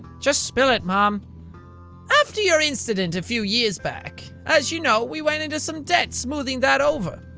just spill it mom after your incident a few years back, as you know we went into some debt, smoothing that over.